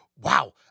Wow